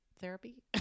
therapy